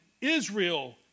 Israel